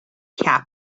camp